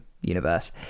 universe